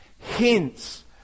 Hence